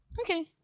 Okay